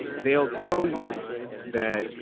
they'll tell you that,